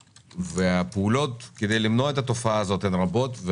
הפעולות למניעת התופעה הזו הן רבות,